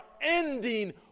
ending